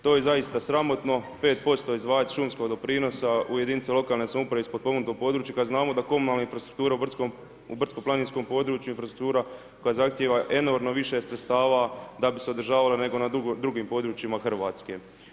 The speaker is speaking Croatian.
To je zaista sramotno 5% izdvajati šumskog doprinosa u jedinice lokalne samouprave iz potpomognutog područja kada znamo da komunalna infrastruktura u brdsko planinskom području infrastruktura koja zahtijeva enormno više sredstava da bi se održavale nego na drugim područjima Hrvatske.